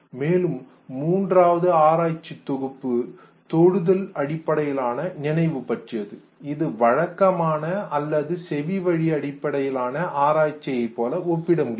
மேலும் மூன்றாவது ஆராய்ச்சித் தொகுப்பு தொடுதல் அடிப்படையிலான நினைவு பற்றியது இது வழக்கமான அல்லது செவிவழி அடிப்படையிலான ஆராய்ச்சியை போல ஒப்பிட முடியாது